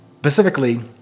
specifically